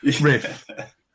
riff